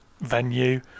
venue